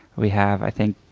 we have, i think,